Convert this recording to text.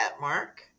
Mark